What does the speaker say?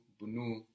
bunu